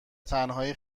تنهایی